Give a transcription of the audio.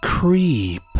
Creep